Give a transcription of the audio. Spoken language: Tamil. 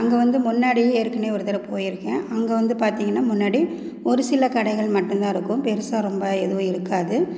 அங்கே வந்து முன்னாடி ஏற்கனேவே ஒரு தர போயிருக்கேன் அங்கே வந்து பார்த்தீங்கன்னா முன்னாடி ஒரு சில கடைகள் மட்டும்தான் இருக்கும் பெருசாக ரொம்ப எதுவும் இருக்காது